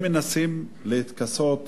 הם מנסים להתכסות,